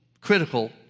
critical